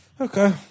Okay